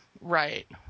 Right